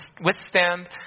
withstand